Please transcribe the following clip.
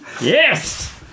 Yes